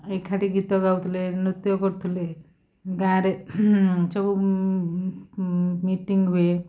ଏକାଠି ଗୀତ ଗାଉଥିଲେ ନୃତ୍ୟ କରୁଥିଲେ ଗାଁରେ ସବୁ ମିଟିଂ ହୁଏ